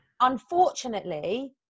unfortunately